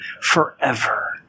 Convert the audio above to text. forever